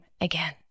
again